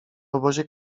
obozie